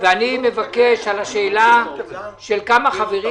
אני מבקש לקבל תשובה על השאלה של כמה חברים,